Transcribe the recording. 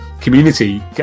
community